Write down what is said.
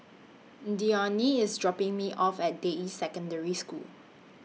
Dionne IS dropping Me off At Deyi Secondary School